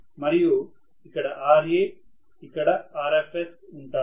మరియు ఇక్కడ Ra ఇక్కడ Rfs ఉంటాయి